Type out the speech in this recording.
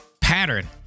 pattern